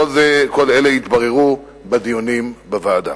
וכל אלה יתבררו בדיונים בוועדה.